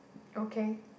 okay